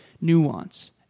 nuance